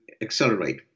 accelerate